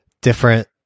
different